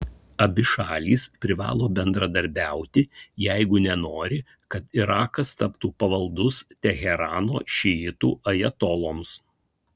abi šalys privalo bendradarbiauti jeigu nenori kad irakas taptų pavaldus teherano šiitų ajatoloms